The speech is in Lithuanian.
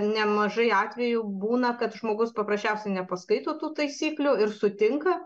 nemažai atvejų būna kad žmogus paprasčiausiai nepaskaito tų taisyklių ir sutinka